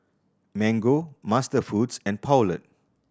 Mango MasterFoods and Poulet